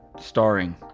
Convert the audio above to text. starring